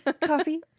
Coffee